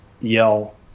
yell